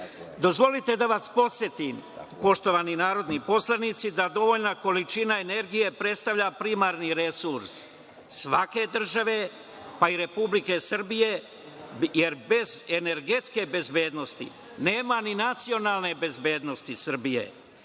primedbu. Dozvolite da vas podsetim, poštovani narodni poslanici, da dovoljna količina energije predstavlja primarni resurs svake države, pa i Republike Srbije, jer bez energetske bezbednosti nema ni nacionalne bezbednosti Srbije.